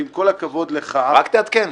ועם כל הכבוד לך -- רק תעדכן,